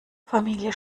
familie